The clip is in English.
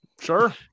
sure